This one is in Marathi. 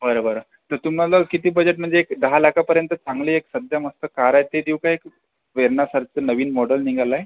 बरं बरं तर तुम्हाला किती बजेट म्हणजे एक दहा लाखापर्यंत चांगली एक सध्या मस्त कार आहे ते देऊ का एक वेर्नासारखा नवीन मॉडल निघाला आहे